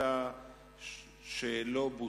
שלא בוצעו.